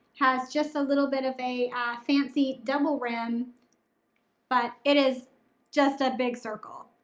has just a little bit of a fancy double rim but it is just a big circle.